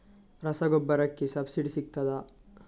ರಸಗೊಬ್ಬರಕ್ಕೆ ಸಬ್ಸಿಡಿ ಸಿಗ್ತದಾ?